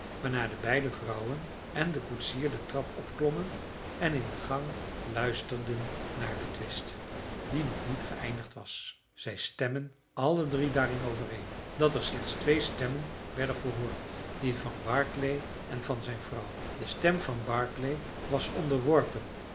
waarna de beide vrouwen en de koetsier de trap opklommen en in de gang luisterden naar den twist die nog niet geëindigd was zij stemmen alle drie daarin overeen dat er slechts twee stemmen werden gehoord die van barclay en van zijn vrouw de stem van barclay was onderworpen